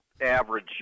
average